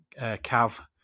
Cav